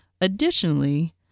Additionally